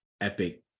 epic